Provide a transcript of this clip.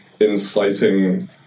inciting